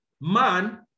man